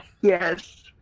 Yes